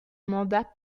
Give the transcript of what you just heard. mandat